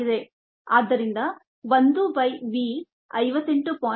ಆದ್ದರಿಂದ 1 by v 58